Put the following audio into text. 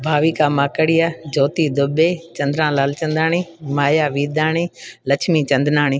Bhavika Makdia Jyoti Dubey Chandra Lalchandani Maya Vidhani Lachhmi Chandnani